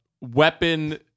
weapon